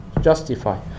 justify